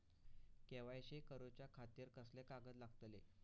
KYC करूच्या खातिर कसले कागद लागतले?